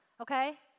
Okay